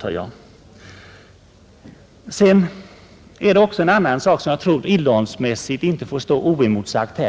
tror jag. Sedan nämnde handelsministern något som innehållsmässigt inte får stå oemotsagt.